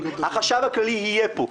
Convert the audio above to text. החשב הכללי יהיה פה.